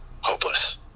hopeless